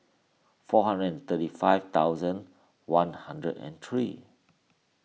four hundred and thirty five thousand one hundred and three